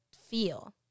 feel